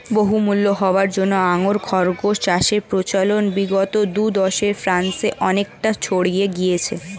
বহুমূল্য হওয়ার জন্য আঙ্গোরা খরগোশ চাষের প্রচলন বিগত দু দশকে ফ্রান্সে অনেকটা ছড়িয়ে গিয়েছে